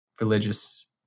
religious